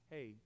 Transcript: Hey